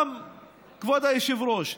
כבוד היושב-ראש,